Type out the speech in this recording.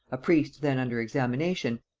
a priest then under examination,